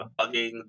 bugging